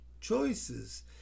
choices